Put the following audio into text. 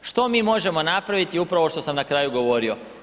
Što mi možemo napraviti upravo što sam na kraju govorio?